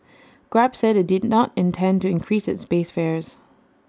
grab said IT did not intend to increase its base fares